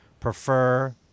prefer